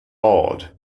awed